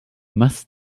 must